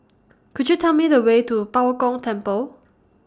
Could YOU Tell Me The Way to Bao Gong Temple